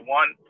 one